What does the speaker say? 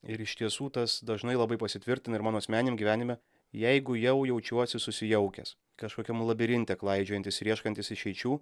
ir iš tiesų tas dažnai labai pasitvirtina ir mano asmeniniam gyvenime jeigu jau jaučiuosi susijaukęs kažkokiam labirinte klaidžiojantis ir ieškantis išeičių